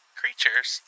creatures